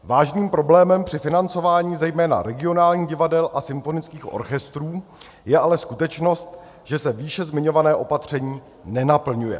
Vážným problémem při financování zejména regionálních divadel a symfonických orchestrů je ale skutečnost, že se výše zmiňované opatření nenaplňuje.